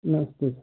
नमस्ते